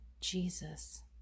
Jesus